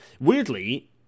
weirdly